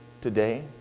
today